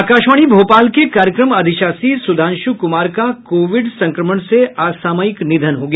आकाशवाणी भोपाल के कार्यक्रम अधिशासी सुधांशु कुमार का कोविड संक्रमण से असामयिक निधन हो गया